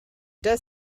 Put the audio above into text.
does